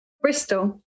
Bristol